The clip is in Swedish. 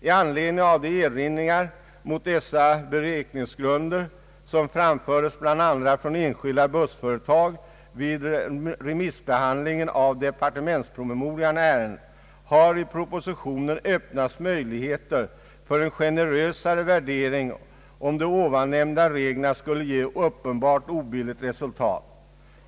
I anledning av de erinringar mot dessa beräkningsgrunder som framföres bl.a. från enskilda bussföretag vid remissbehandlingen av departementspromemorian i ärendet har propositionen öppnat möjligheter för en generösare värdering om de nämnda reglerna skulle ge uppenbart obilligt resultat.